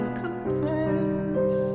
confess